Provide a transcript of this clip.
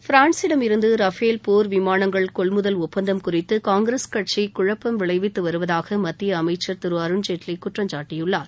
பிரான்சிடம் இருந்து ரஃபேல் போர் விமானங்கள் கொள்முதல் ஒப்பந்தம் குறித்து காங்கிரஸ் கட்சி குழப்பம் விளைவித்து வருவதாக மத்திய அமைச்சர் திரு அருண்ஜேட்லி குற்றம் சாட்டியுள்ளார்